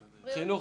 הבריאות,